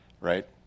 Right